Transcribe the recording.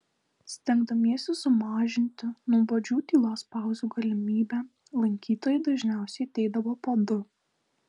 stengdamiesi sumažinti nuobodžių tylos pauzių galimybę lankytojai dažniausiai ateidavo po du